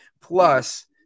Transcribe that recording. plus